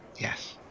Yes